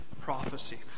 prophecy